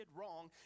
wrong